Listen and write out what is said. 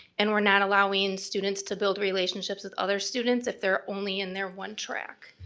and we're not allowing students to build relationships with other students if they're only in their one track.